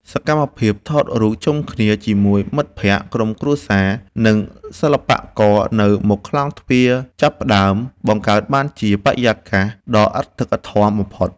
សកម្មភាពថតរូបជុំគ្នាជាមួយមិត្តភក្តិ ក្រុមគ្រួសារ និងសិល្បករនៅមុខខ្លោងទ្វារចាប់ផ្ដើម បង្កើតបានជាបរិយាកាសដ៏អធិកអធមបំផុត។